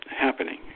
happening